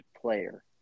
player